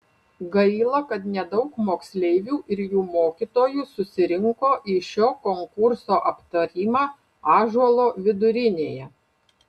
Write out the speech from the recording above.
gaila kad nedaug moksleivių ir jų mokytojų susirinko į šio konkurso aptarimą ąžuolo vidurinėje